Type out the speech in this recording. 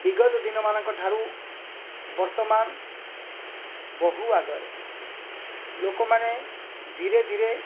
ବିଗତ ଦିନମାନଙ୍କଠାରୁ ବର୍ତ୍ତମାନ ବହୁ ଆଗରେ ଲୋକମାନେ ଧୀରେଧୀରେ